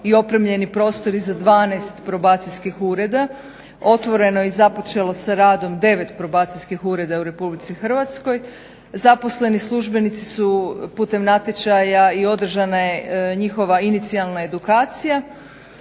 i opremljeni prostori za 12 probacijskih ureda. Otvoreno je i započelo sa radom 9 probacijskih ureda u Republici Hrvatskoj. Zaposleni službenici su putem natječaja i održane njihova inicijalna edukacija.